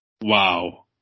wow